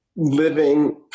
Living